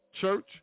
Church